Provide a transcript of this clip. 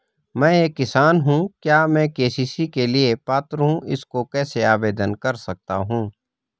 मैं एक किसान हूँ क्या मैं के.सी.सी के लिए पात्र हूँ इसको कैसे आवेदन कर सकता हूँ?